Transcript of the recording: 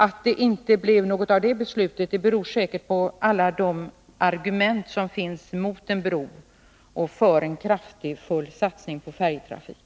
Att det inte blev något av det beslutet beror säkert på alla de argument som finns mot en bro och för en kraftfull satsning på färjetrafik.